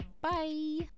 Bye